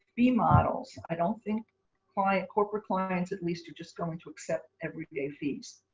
fee models. i don't think client, corporate clients, at least are just going to accept everyday fees.